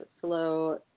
slow